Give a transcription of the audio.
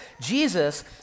Jesus